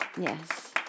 Yes